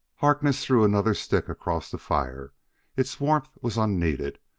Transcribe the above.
harkness threw another stick across the fire its warmth was unneeded,